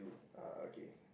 oh okay